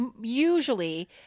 Usually